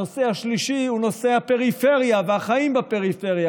הנושא השלישי הוא נושא הפריפריה והחיים בפריפריה,